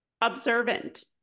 Observant